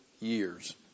years